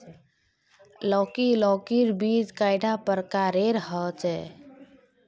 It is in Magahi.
लौकी लौकीर बीज कैडा प्रकारेर होचे?